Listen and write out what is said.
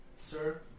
sir